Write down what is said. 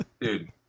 Dude